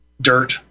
dirt